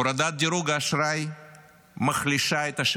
הורדת דירוג האשראי מחלישה את השקל.